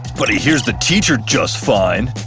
but he hears the teacher just fine.